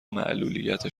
معلولیت